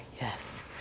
yes